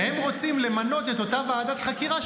והם רוצים למנות את אותה ועדת חקירה,